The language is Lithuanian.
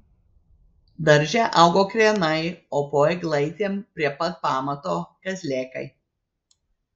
darže augo krienai o po eglaitėm prie pat pamato kazlėkai